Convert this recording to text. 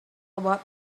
about